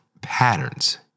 patterns